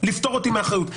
לפטור אותי מאחריות.